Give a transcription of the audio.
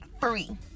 free